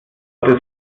ist